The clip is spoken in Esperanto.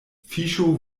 fiŝo